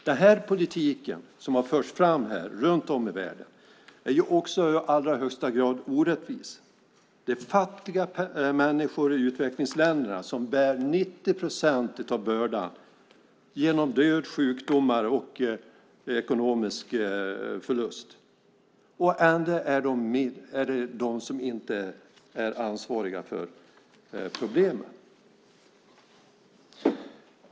Den politik som har förts runt om i världen är i allra högsta grad orättvis. Det är fattiga människor i utvecklingsländerna som bär 90 procent av bördan genom död, sjukdomar och ekonomisk förlust. Ändå är det inte de som är ansvariga för problemet.